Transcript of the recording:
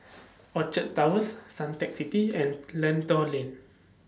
Orchard Towers Suntec City and Lentor Lane